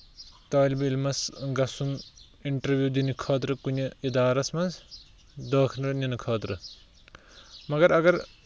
طٲلبہِ علمس گژھُن اِنٹرویو دِنہِ خٲطرٕ کُنہِ اِدارَس منٛز دٲخلہٕ نِنہٕ خٲطرٕ مَگر اَگر